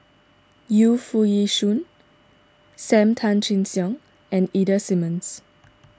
Yu Foo Yee Shoon Sam Tan Chin Siong and Ida Simmons